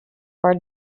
for